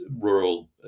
rural